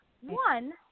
One